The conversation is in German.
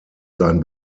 sein